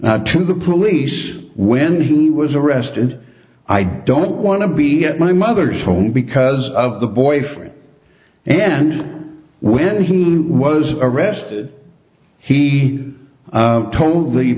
now to the police when he was arrested i don't want to be at my mother's home because of the boyfriend and when he was arrested he told the